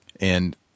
And-